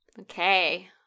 Okay